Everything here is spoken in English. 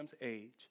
age